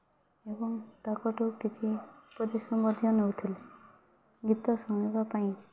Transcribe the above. ଏବଂ ତାଙ୍କ ଠୁ କିଛି ଉପଦେଶ ମଧ୍ୟ ନେଉଥିଲି ଗୀତ ଶୁଣିବା ପାଇଁ